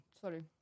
sorry